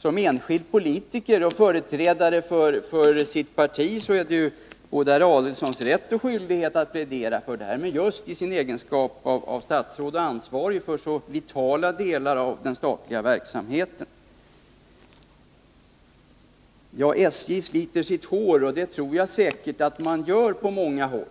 Som enskild politiker och företrädare för sitt parti har herr Adelsohn både rätt och skyldighet att plädera för det. Men i sin egenskap av statsråd och ansvarig för så vitala delar av den statliga verksamheten har herr Adelsohn, tror jag, anledning att fundera över detta. På SJ sliter man sitt hår, sade herr Adelsohn. Det tror jag säkert att man gör på många håll.